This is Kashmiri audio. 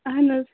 اَہن حظ